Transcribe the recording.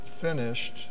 finished